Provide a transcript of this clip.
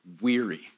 Weary